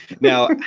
Now